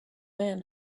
man